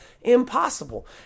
impossible